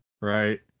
Right